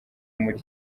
muri